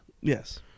Yes